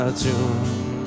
tune